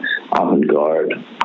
avant-garde